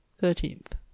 Thirteenth